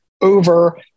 over